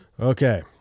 Okay